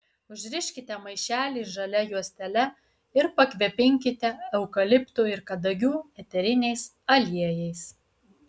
užriškite maišelį žalia juostele ir pakvepinkite eukaliptų ir kadagių eteriniais aliejais